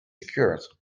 secured